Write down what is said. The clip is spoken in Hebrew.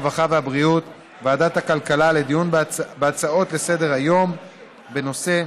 הרווחה והבריאות וועדת הכלכלה לדיון בהצעה לסדר-היום בנושא: